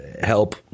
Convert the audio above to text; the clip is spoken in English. help